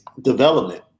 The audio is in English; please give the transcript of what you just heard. development